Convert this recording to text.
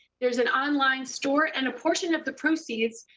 there's an online store, and a portion of the proceeds,